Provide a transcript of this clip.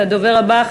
הדובר הבא,